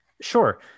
Sure